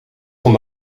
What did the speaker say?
van